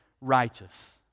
righteous